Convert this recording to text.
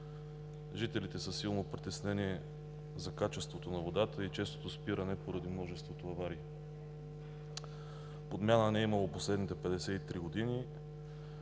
Жителите са силно притеснени за качеството на водата и честото и спиране поради множеството аварии. Подмяна през последните 53 години